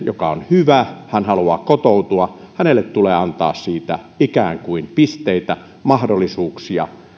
joka on hyvä haluaa kotoutua tulee antaa siitä ikään kuin pisteitä mahdollisuuksia